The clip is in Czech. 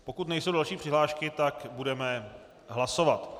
Pokud nejsou další přihlášky, budeme hlasovat.